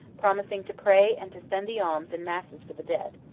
promising to pray and to spend the alms in masses for the dead.